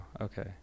okay